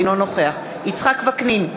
אינו נוכח יצחק וקנין,